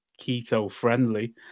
keto-friendly